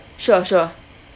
sure sure